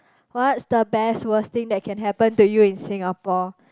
what's the best worst thing that can happen to you in Singapore